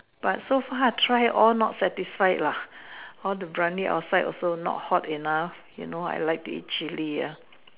but so far I tried all not satisfied lah all the Biryani outside also not hot enough you know I like to eat chilli ah